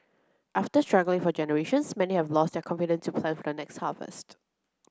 after struggling for generations many have lost their confidence to plan for the next harvest